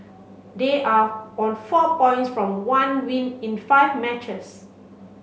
they are on four points from one win in five matches